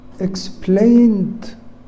explained